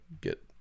get